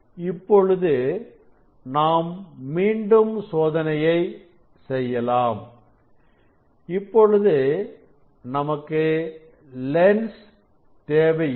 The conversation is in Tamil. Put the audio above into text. இப்பொழுது நாம் மீண்டும் சோதனையை செய்யலாம் இப்பொழுது நமக்கு லென்ஸ் தேவையில்லை